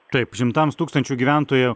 taip šimtams tūkstančių gyventojų